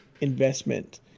investment